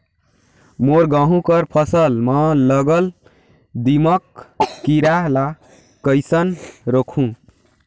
मोर गहूं कर फसल म लगल दीमक कीरा ला कइसन रोकहू?